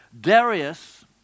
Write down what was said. Darius